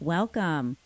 Welcome